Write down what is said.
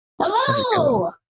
Hello